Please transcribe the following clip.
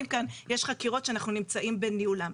כאן יש חקירות שאנחנו נמצאים בניהולן.